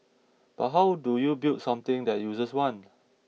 but how do you build something that users want